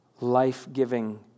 life-giving